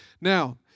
Now